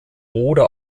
oder